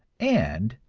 and,